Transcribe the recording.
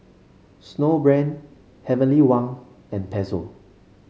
Snowbrand Heavenly Wang and Pezzo